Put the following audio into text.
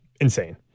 insane